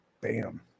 Bam